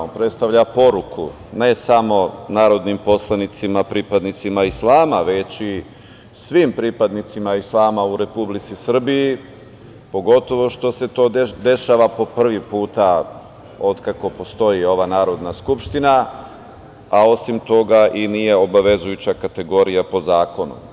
On predstavlja poruku ne samo narodnom poslanicima, pripadnicima islama, već i svim pripadnicima islama u Republici Srbiji, pogotovo što se to dešava po prvi put od kako postoji ova Narodna skupština, a osim toga i nije obavezujuća kategorija po zakonu.